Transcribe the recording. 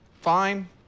Fine